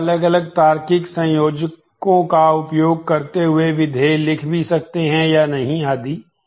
आप अलग अलग तार्किक संयोजकों का उपयोग करते हुए विधेय लिख भी सकते हैं या नहीं आदि